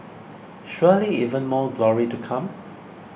surely even more glory to come